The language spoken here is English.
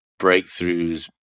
breakthroughs